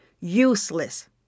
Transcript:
Useless